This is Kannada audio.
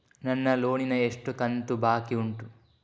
ನನ್ನ ಲೋನಿನ ಎಷ್ಟು ಕಂತು ಬಾಕಿ ಉಂಟು?